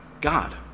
God